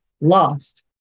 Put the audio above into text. lost